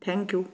thank you